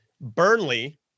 Burnley